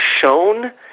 shown